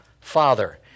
Father